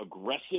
aggressive